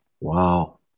Wow